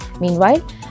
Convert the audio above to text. Meanwhile